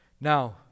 Now